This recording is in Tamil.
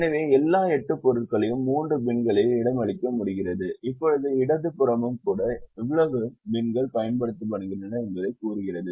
எனவே எல்லா 8 பொருட்களையும் 3 பின்களில் இடமளிக்க முடிகிறது இப்போது இடது புறமும் கூட எவ்வளவு பின்கள் பயன்படுத்தப்படுகின்றன என்பதைக் கூறுகிறது